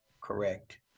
correct